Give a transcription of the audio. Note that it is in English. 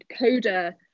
coder